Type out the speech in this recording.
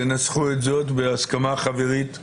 אתם תנסחו זאת בהסכמה חברית בהמשך.